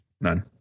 None